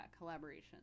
collaboration